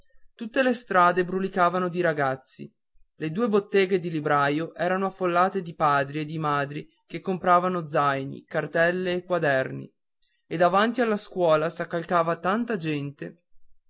tutte le strade brulicavano di ragazzi le due botteghe di libraio erano affollate di padri e di madri che compravano zaini cartelle e quaderni e davanti alla scuola s'accalcava tanta gente